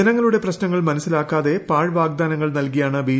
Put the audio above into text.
ജനങ്ങളുടെ പ്രശ്നങ്ങൾ മനസ്സിലാക്കാതെ പാഴ് വാഗ്ദാനങ്ങൾ നൽകിയാണ് ബി